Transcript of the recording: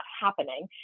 happening